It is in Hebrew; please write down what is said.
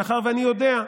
מאחר שאני יודע,